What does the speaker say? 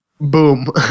Boom